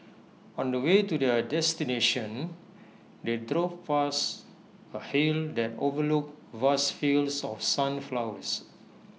on the way to their destination they drove past A hill that overlooked vast fields of sunflowers